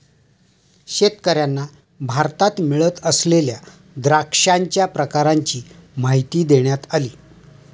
शेतकर्यांना भारतात मिळत असलेल्या द्राक्षांच्या प्रकारांची माहिती देण्यात आली